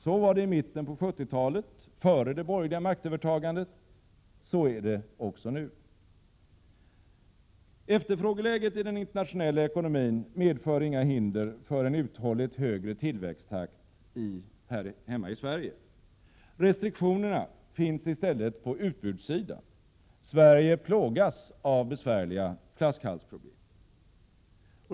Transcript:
Så var det i mitten av 1970-talet före det borgerliga maktövertagandet, och så är det också nu. Efterfrågeläget i den internationella ekonomin medför inga hinder för en uthålligt högre tillväxttakt här hemma i Sverige. Restriktionerna finns i stället på utbudssidan — Sverige plågas av besvärliga flaskhalsproblem.